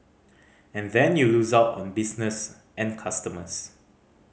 and then you lose out on business and customers